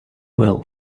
will